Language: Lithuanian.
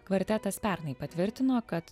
kvartetas pernai patvirtino kad